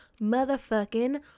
motherfucking